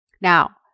Now